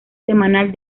semanal